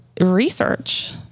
research